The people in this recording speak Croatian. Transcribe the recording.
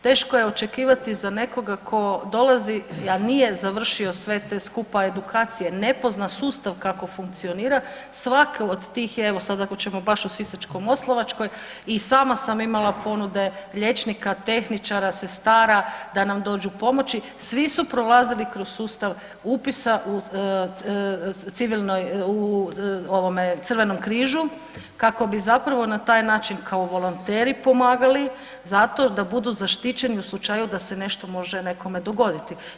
Teško je očekivati za nekoga tko dolazi, a nije završio sve te skupa edukacije, ne pozna sustav kako funkcionira svako od tih je evo ako ćemo baš o Sisačko-moslavačkoj i sama sam imala ponude liječnika, tehničara, sestara da nam dođu pomoći svi su prolazili kroz upisa Crvenom križu kako bi zapravo na taj način kao volonteri pomagali zato da budu zaštićeni u slučaju da se nešto može nekome dogoditi.